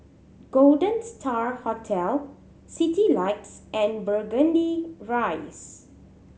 Golden Star Hotel Citylights and Burgundy Rise